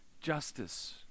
justice